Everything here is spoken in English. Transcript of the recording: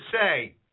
say